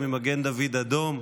ממגן דוד אדום.